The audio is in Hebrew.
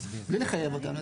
בלי לחייב אותם.